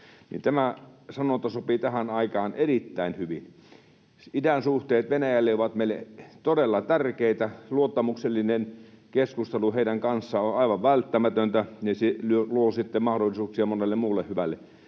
tämä sanonta sopii tähän aikaan erittäin hyvin. Idänsuhteet Venäjälle ovat meille todella tärkeitä. Luottamuksellinen keskustelu heidän kanssaan on aivan välttämätöntä, ja se luo sitten mahdollisuuksia monelle muulle hyvälle.